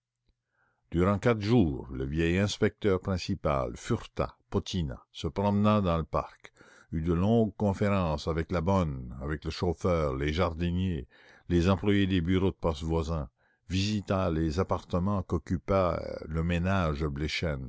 durant quatre jours l'inspecteur fureta potina se promena dans le parc eut de longues conférences avec la bonne avec le chauffeur les jardiniers les employés des bureaux de poste voisins visita les appartements qu'occupaient le ménage